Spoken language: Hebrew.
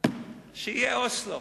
שיהיה אוסלו.